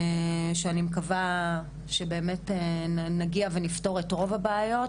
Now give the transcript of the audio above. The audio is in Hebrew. שאני מקווה שבאמת נגיע ונפתור את רוב הבעיות,